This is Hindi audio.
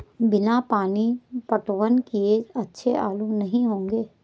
बिना पानी पटवन किए अच्छे आलू नही होंगे